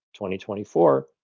2024